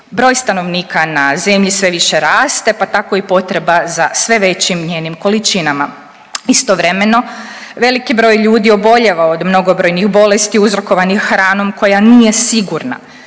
Broj stanovnika na Zemlji sve više raste pa tako i potreba za sve većim njenim količinama. Istovremeno veliki broj ljudi obolijeva od mnogobrojnih bolesti uzrokovanih hranom koja nije sigurna.